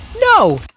No